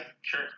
sure